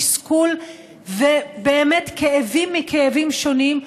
תסכול ובאמת כאבים מכאבים שונים,